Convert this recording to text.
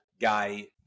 guy